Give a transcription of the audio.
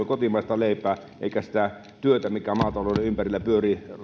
kotimaista leipää eikä sitä työtä mikä maatalouden ympärillä pyörii